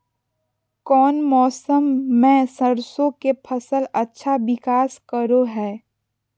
कौन मौसम मैं सरसों के फसल अच्छा विकास करो हय?